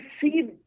see